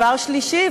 דבר שלישי,